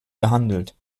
behandelt